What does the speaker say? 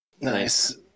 Nice